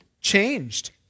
Changed